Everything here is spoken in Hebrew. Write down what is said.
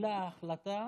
קיבלה החלטה